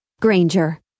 Granger